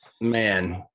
man